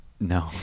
No